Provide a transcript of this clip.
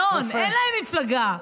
ינון, אין להם מפלגה.